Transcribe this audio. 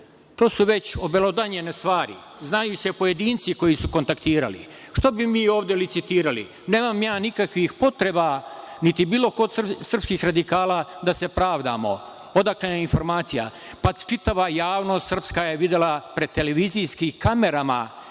to su već obelodanjene stvari. Znaju se pojedinci koji su kontaktirali. Što bi mi ovde licitirali? Nemam ja nikakvih potreba, niti bilo ko od srpskih radikala, da se pravdamo, odakle nam informacija. Pa, čitava javnost srpska je videla pred televizijskim kamerama